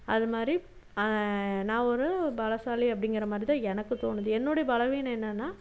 அதுமாதிரி நான் ஒரு பலசாலி அப்படிங்கிற மாதிரி தான் எனக்கு தோணுது என்னோடைய பலவீனம் என்னான்னால்